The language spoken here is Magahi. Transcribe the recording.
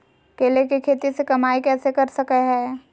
केले के खेती से कमाई कैसे कर सकय हयय?